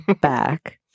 back